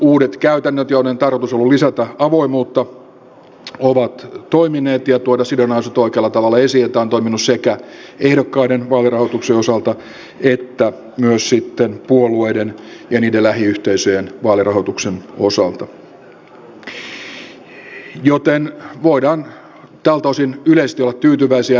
uudet käytännöt joiden tarkoitus on ollut lisätä avoimuutta ja tuoda sidonnaisuudet oikealla tavalla esiin ovat toimineet ja tämä on toiminut sekä ehdokkaiden vaalirahoituksen osalta että puolueiden ja niiden lähiyhteisöjen vaalirahoituksen osalta joten voidaan tältä osin yleisesti olla tyytyväisiä